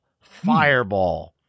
Fireball